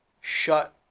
shut